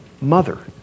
mother